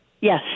Yes